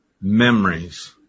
Memories